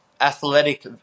athletic